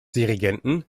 dirigenten